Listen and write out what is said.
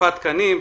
הוספת תקנים.